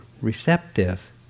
receptive